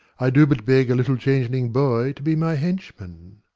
i do but beg a little changeling boy to be my henchman.